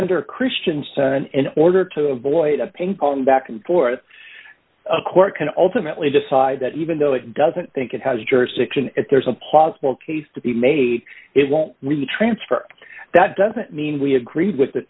for christians in order to avoid a ping pong back and forth a court can ultimately decide that even though it doesn't think it has jurisdiction if there's a possible case to be made it won't transfer that doesn't mean we agreed with